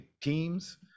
teams